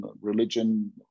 religion